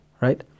Right